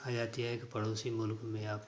आ जाती है की पड़ोसी मुल्क में आप